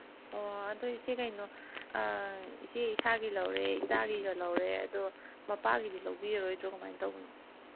ꯑꯣ ꯑꯗꯨ ꯏꯆꯦ ꯀꯩꯅꯣ ꯏꯆꯦ ꯏꯁꯥꯒꯤ ꯂꯧꯔꯦ ꯏꯆꯥꯒꯤꯒ ꯂꯧꯔꯦ ꯑꯗꯨ ꯃꯄꯥꯒꯤꯗꯤ ꯂꯧꯕꯤꯔꯔꯣꯏꯗ꯭ꯔꯣ ꯀꯃꯥꯥꯏꯅ ꯇꯧꯕꯅꯣ